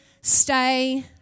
stay